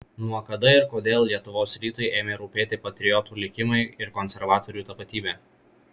nuo kada ir kodėl lietuvos rytui ėmė rūpėti patriotų likimai ir konservatorių tapatybė